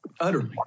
Utterly